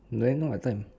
may I know what time